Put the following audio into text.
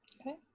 Okay